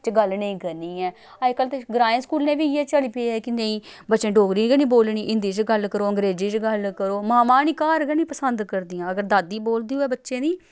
च गल्ल नेईं करनी ऐ अज्जकल ते ग्राएं स्कूलें बी इ'यै चली पे ऐ कि नेईं बच्चें डोगरी गै निं बोलनी हिंदी च गल्ल करो अंग्रेजी च गल्ल करो मामां निं घर गै निं पसंद करदियां अगर दादी बोलदी होऐ बच्चें दी